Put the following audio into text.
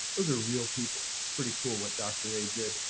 those are real people. it's pretty cool what dr. a did.